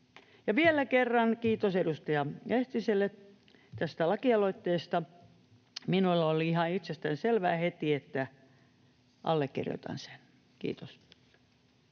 Vielä kerran kiitos edustaja Lehtiselle tästä lakialoitteesta. Minulle oli ihan itsestäänselvää heti, että allekirjoitan sen. — Kiitos.